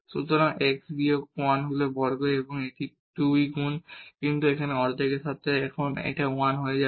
সুতরাং x বিয়োগ 1 হল বর্গ এবং এটি 2 গুণ কিন্তু সেই অর্ধেকের সাথে এটি এখন 1 হয়ে যাবে